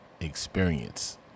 experience